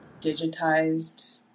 digitized